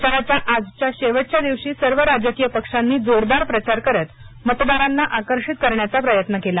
प्रचाराच्या आजच्या शेवटच्या दिवशी सर्व राजकीय पक्षांनी जोरदार प्रचार करत मतदारांना आकर्षित करण्याचा प्रयत्न केला